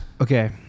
okay